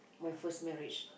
my first marriage